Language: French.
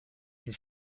une